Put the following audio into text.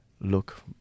Look